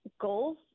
goals